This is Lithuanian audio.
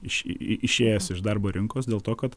iš išėjęs iš darbo rinkos dėl to kad